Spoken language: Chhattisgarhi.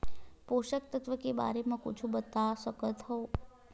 पोषक तत्व के बारे मा कुछु बता सकत हवय?